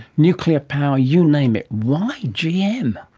nuclear power, you name it, why gm?